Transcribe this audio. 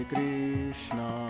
Krishna